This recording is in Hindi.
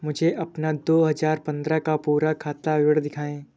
मुझे अपना दो हजार पन्द्रह का पूरा खाता विवरण दिखाएँ?